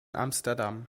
amsterdam